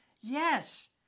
Yes